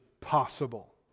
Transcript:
possible